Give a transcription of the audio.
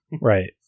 Right